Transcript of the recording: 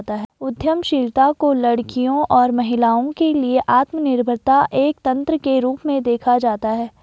उद्यमशीलता को लड़कियों और महिलाओं के लिए आत्मनिर्भरता एक तंत्र के रूप में देखा जाता है